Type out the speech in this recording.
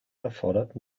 erfordert